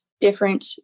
different